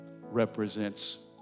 represents